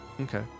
Okay